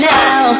now